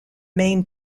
main